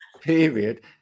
Period